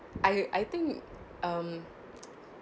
I I think um